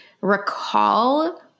recall